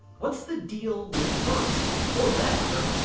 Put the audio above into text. what's the deal with first? or for that matter,